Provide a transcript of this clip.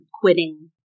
quitting